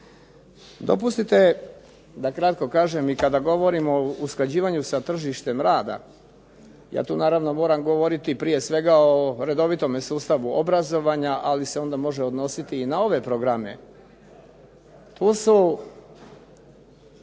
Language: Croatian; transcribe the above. Dopustite da kratko kažem i kada govorimo o usklađivanju sa tržištem rada. Ja tu naravno moram govoriti prije svega o redovitome sustavu obrazovanja, ali se može odnositi i na ove programe. Tu su